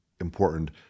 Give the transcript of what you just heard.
important